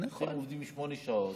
הולכים, עובדים שמונה שעות,